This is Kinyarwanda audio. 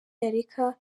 yareka